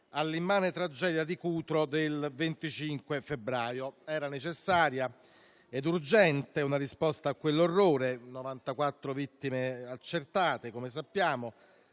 all'immane tragedia di Cutro del 25 e 26 febbraio. Era necessaria e urgente una risposta a quell'orrore, con 94 vittime accertate - come sappiamo